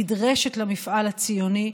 נדרשת למפעל הציוני,